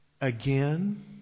again